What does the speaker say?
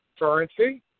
currency